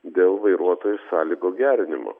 dėl vairuotojų sąlygų gerinimo